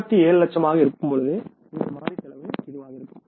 உற்பத்தி 7 லட்சமாக இருக்கும்போது உங்கள் மாறி செலவு இதுவாக இருக்கும்